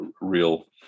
real